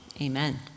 Amen